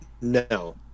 No